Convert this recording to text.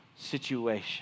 situation